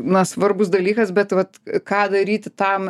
na svarbus dalykas bet vat ką daryti tam